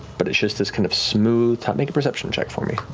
but it's just this kind of smooth make a perception check for me.